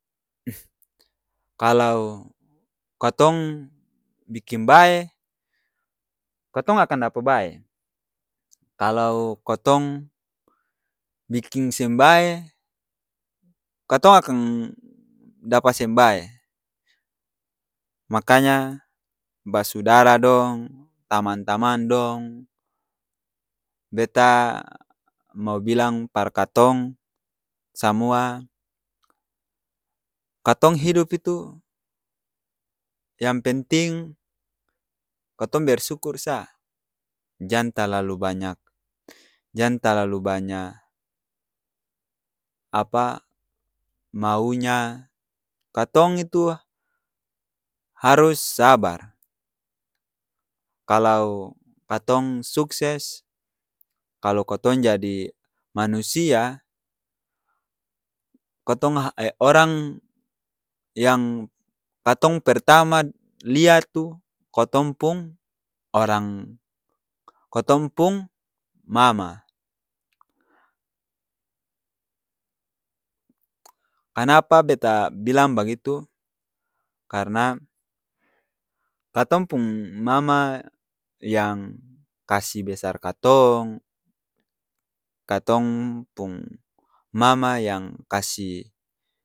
kalau kotong biking bae, kotong akan dapa bae kalau kotong biking seng bae, katong akang dapa seng bae, makanya basudara dong, tamang-tamang dong, beta mau bilang par katong samua, katong hidop itu yang penting kotong bersukur sa, jang talalu banyak jang talalu bany apa? Mau nya, katong itu harus sabar, kalau katong sukses, kalau kotong jadi manusia, kotong orang yang katong pertama't lia tu kotong pung orang kotong pung mama! kanapa beta bilang bagitu? Karna katong pung mama yang kasi besar katong, katong pung mama yang kasi.